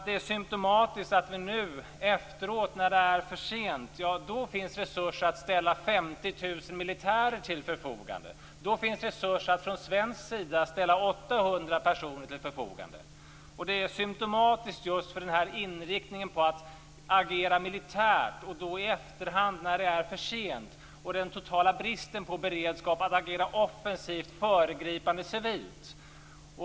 Det är symtomatiskt att det nu efteråt, när det är för sent, finns resurser så att man kan ställa 50 000 militärer till förfogande. Då finns det resurser att från svensk sida ställa 800 personer till förfogande. Och det är symtomatiskt just för den här inriktningen. Man agerar militärt i efterhand, när det är för sent, och det är en total brist på beredskap när det gäller att agera offensivt och föregripande civilt.